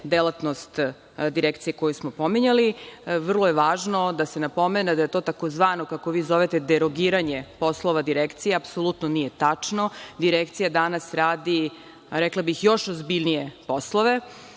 delatnost Direkcije koju smo pominjali. Vrlo je važno da je to tzv. kako vi zovete derogiranje poslova Direkcije. Apsolutno nije tačno. Direkcija danas radi, rekla bih, još ozbiljnije poslove. Treća